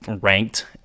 ranked